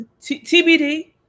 TBD